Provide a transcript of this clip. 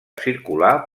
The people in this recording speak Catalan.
circular